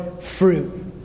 fruit